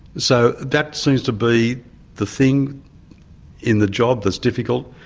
so that seems to be the thing in the job that's difficult.